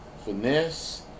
Finesse